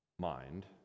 mind